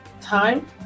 time